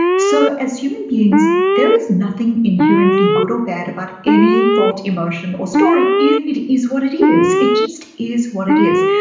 so as human beings, there is nothing inherently good or bad about any thought emotion or story. it is what it is. it just is what it is.